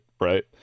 right